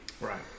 Right